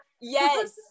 Yes